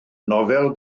nofel